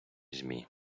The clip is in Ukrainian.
змі